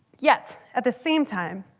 yet at the same time,